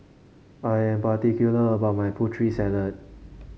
I am particular about my Putri Salad